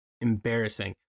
embarrassing